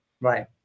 Right